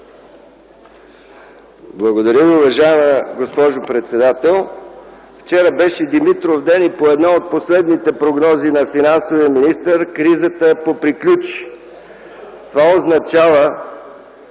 Благодаря Ви. Уважаема госпожо председател, вчера беше Димитровден и по една от последните прогнози на финансовия министър кризата поприключи. Това означава,